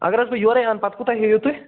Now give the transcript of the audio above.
اگر حظ بہٕ یورَے اَنہٕ پتہٕ کوٗتاہ ہیٚیِو تُہۍ